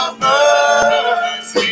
mercy